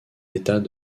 état